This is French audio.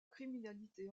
criminalité